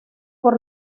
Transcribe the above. por